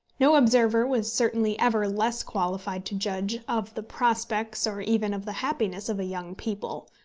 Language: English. no observer was certainly ever less qualified to judge of the prospects or even of the happiness of a young people.